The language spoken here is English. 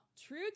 true